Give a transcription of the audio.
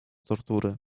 tortury